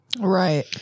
Right